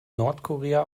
nordkorea